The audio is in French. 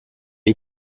est